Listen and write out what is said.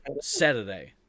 saturday